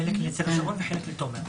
חלק נצר השרון וחלק לתומר.